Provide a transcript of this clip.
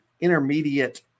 intermediate